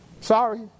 Sorry